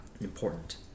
important